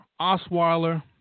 Osweiler